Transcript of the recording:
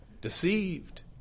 Deceived